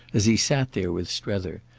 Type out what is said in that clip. as he sat there with strether,